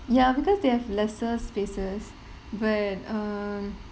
ya because they have lesser spaces but err